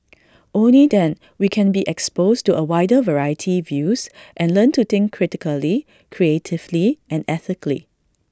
only them we can be exposed to A wider variety views and learn to think critically creatively and ethically